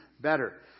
better